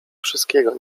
wszystkiego